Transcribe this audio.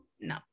no